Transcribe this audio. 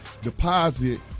deposit